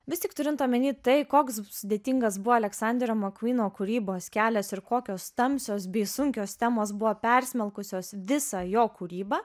vis tik turint omeny tai koks sudėtingas buvo aleksanderio makūno kūrybos kelias ir kokios tamsios bei sunkios temos buvo persmelkusios visą jo kūrybą